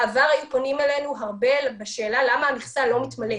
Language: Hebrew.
בעבר היו פונים אלינו הרבה בשאלה למה המכסה לא מתמלאת,